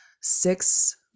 six